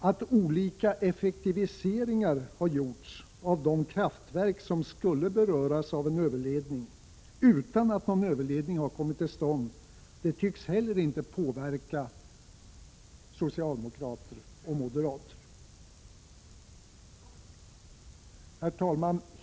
Att olika effektiviseringar gjorts av de kraftverk som skulle beröras av en överledning, utan att någon överledning kommit till stånd, tycks inte heller påverka socialdemokrater och moderater. Herr talman!